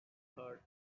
heard